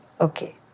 Okay